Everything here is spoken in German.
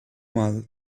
mal